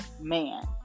man